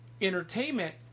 entertainment